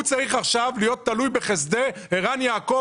הוא צריך עכשיו להיות תלוי בחסדי ערן יעקב